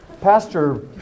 Pastor